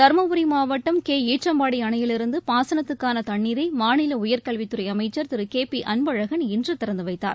தருமபுரி மாவட்டம் கோச்சம்பாடி அணையிலிருந்து பாசனத்துக்கான தண்ணீரை மாநில உயர்கல்வித்துறை அமைச்சர் திரு கே பி அன்பழகன் இன்று திறந்து வைத்தார்